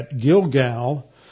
Gilgal